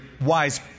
wise